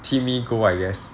timmy goh I guess